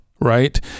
right